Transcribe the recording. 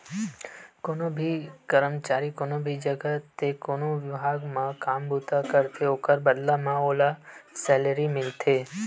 कोनो भी करमचारी कोनो भी जघा ते कोनो बिभाग म काम बूता करथे ओखर बदला म ओला सैलरी मिलथे